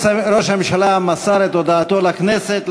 ראש הממשלה מסר את הודעתו לכנסת,